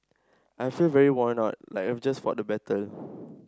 I feel very worn out like I've just fought a battle